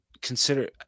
consider